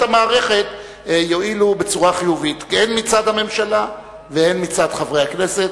המערכת יועילו בצורה חיובית הן מצד הממשלה והן מצד חברי הכנסת.